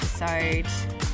episode